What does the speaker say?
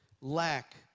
lack